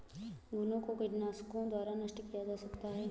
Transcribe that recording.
घुनो को कीटनाशकों द्वारा नष्ट किया जा सकता है